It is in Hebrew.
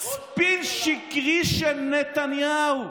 ראש ממשלה, "ספין שקרי של נתניהו,